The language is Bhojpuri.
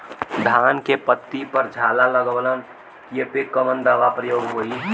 धान के पत्ती पर झाला लगववलन कियेपे कवन दवा प्रयोग होई?